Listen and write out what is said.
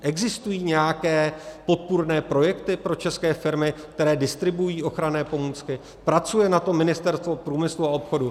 Existují nějaké podpůrné projekty pro české firmy, které distribuují ochranné pomůcky, pracuje na tom Ministerstvo průmyslu a obchodu?